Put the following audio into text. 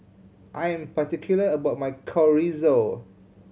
I am particular about my Chorizo